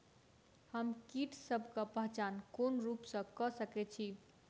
हम कीटसबक पहचान कोन रूप सँ क सके छी?